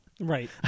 Right